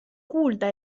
kuulda